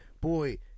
boy